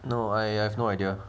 no I have no idea